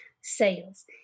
sales